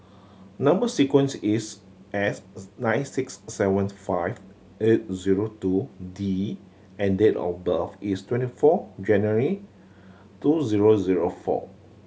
number sequence is S nine six seven five eight zero two D and date of birth is twenty four January two zero zero four